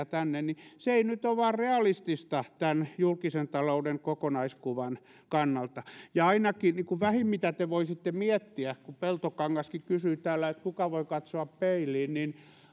tänne nyt vain ole realistista tämän julkisen talouden kokonaiskuvan kannalta ja ainakin vähin mitä te voisitte miettiä kun peltokangaskin kysyi täällä että kuka voi katsoa peiliin niin